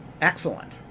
Excellent